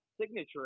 signature